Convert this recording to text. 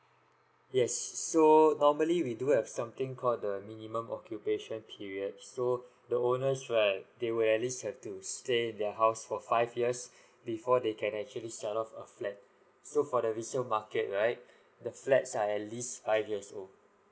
yes so normally we do have something called the minimum occupation period so the owners right they would at least have to stay in their house for five years before they can actually sell off a flat so for the resale market right the flats are at least five years old